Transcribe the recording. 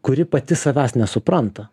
kuri pati savęs nesupranta